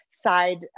side